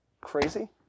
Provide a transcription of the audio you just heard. crazy